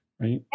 Right